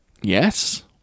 Yes